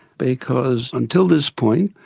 because until this point,